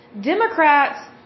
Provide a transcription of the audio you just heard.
Democrats